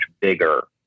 bigger